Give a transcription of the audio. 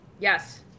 Yes